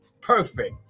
perfect